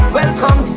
welcome